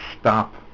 stop